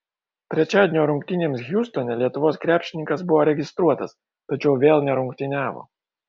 trečiadienio rungtynėms hjustone lietuvos krepšininkas buvo registruotas tačiau vėl nerungtyniavo